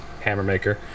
Hammermaker